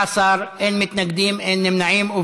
19, אין מתנגדים, אין נמנעים.